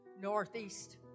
northeast